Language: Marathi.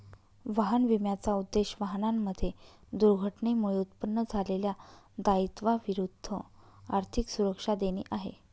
वाहन विम्याचा उद्देश, वाहनांमध्ये दुर्घटनेमुळे उत्पन्न झालेल्या दायित्वा विरुद्ध आर्थिक सुरक्षा देणे आहे